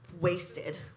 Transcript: wasted